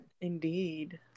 Indeed